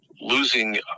losing